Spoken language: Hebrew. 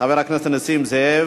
חבר הכנסת נסים זאב,